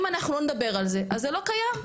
אם אנחנו לא נדבר על זה אז זה לא קיים.